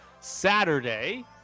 Saturday